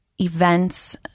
events